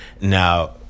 Now